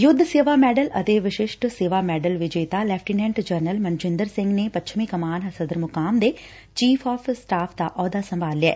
ਯੁੱਧ ਸੇਵਾ ਮੈਡਲ ਅਤੇ ਵਿਸ਼ਿਸਟ ਸੇਵਾ ਮੈਡਲ ਵਿਜੇਤਾ ਲੈਫਟੀਨੈਟ ਜਨਰਲ ਮਨਜਿੰਦਰ ਸਿੰਘ ਨੇ ਪੱਛਮੀ ਕਮਾਨ ਸਦਰ ਮੁਕਾਮ ਦੇ ਚੀਫ਼ ਆਫ਼ ਸਟਾਫ ਦਾ ਅਹੁੱਦਾ ਸੰਭਾਲ ਲਿਐ